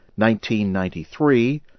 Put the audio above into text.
1993